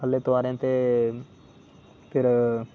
थल्ले तुआरे ते फिर